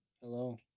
Hello